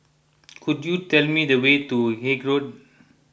could you tell me the way to Haig Road